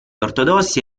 ortodossi